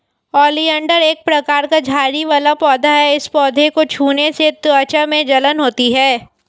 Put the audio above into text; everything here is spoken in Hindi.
ओलियंडर एक प्रकार का झाड़ी वाला पौधा है इस पौधे को छूने से त्वचा में जलन होती है